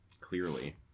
Clearly